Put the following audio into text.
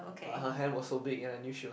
but her hand was so big and I knew she was